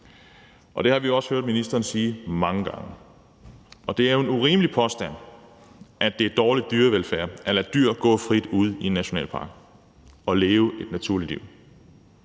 Det har vi jo også hørt ministeren sige mange gange. Det er en urimelig påstand, at det er dårlig dyrevelfærd at lade dyr gå frit ude i naturnationalparkerne og leve et naturligt liv.